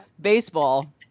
Baseball